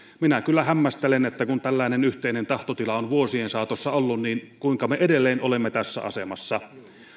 minä kyllä hämmästelen että kun tällainen yhteinen tahtotila on vuosien saatossa ollut niin kuinka me edelleen olemme tässä asemassa